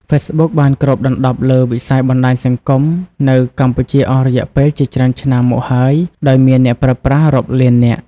ហ្វេសប៊ុកបានគ្របដណ្ដប់លើវិស័យបណ្តាញសង្គមនៅកម្ពុជាអស់រយៈពេលជាច្រើនឆ្នាំមកហើយ ដោយមានអ្នកប្រើប្រាស់រាប់លាននាក់។